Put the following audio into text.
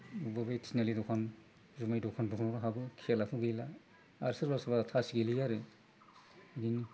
बबे थिनआलि दखान जुमाय दखानफोर दङ खेलायाथ' गैला आरो सोरबा सोरबा तास गेलेयो आरो बिदिनो